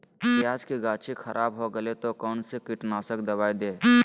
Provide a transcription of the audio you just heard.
प्याज की गाछी खराब हो गया तो कौन सा कीटनाशक दवाएं दे?